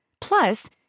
Plus